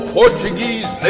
portuguese